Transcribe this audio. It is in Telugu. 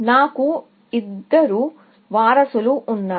నాకు ఇద్దరు వారసులు ఉన్నారు